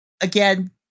again